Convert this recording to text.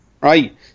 Right